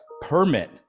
permit